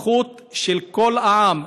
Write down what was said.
הזכות של כל העם,